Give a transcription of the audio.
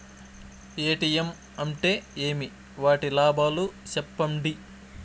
ATM అంటే ఏమి? వాటి లాభాలు సెప్పండి?